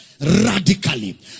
radically